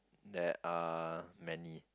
there are many